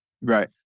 Right